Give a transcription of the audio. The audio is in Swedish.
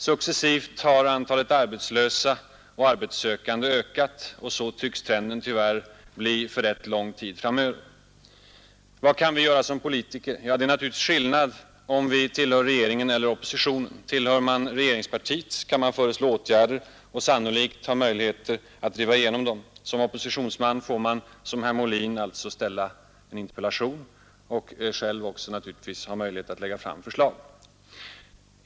Successivt har antalet arbetslösa och arbetssökande ökat, och så tycks trenden tyvärr bli för rätt lång tid framöver. Vad kan vi göra som politiker? Det är naturligtvis en skillnad om vi tillhör regeringen eller oppositionen. Tillhör man regeringspartiet kan man föreslå åtgärder och sannolikt ha möjligheter att driva igenom dem. Som oppositionsman får man som herr Molin ställa en interpellation, varjämte man själv givetvis har möjlighet att lägga fram förslag.